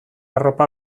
arropa